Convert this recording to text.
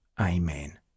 Amen